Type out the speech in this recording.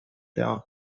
down